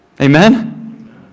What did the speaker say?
amen